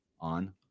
on